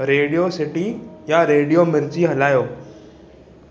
radio city या radio Mirchi हलायो